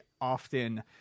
often